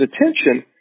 attention